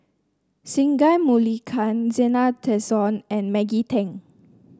Singai Zena Tessensohn and Maggie Teng